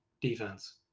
defense